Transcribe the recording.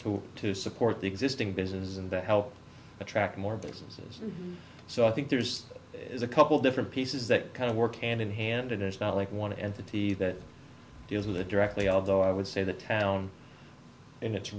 to to support the existing businesses and to help attract more businesses so i think there's a couple different pieces that kind of work hand in hand and it's not like want to entity that deals with a directly although i would say the town and its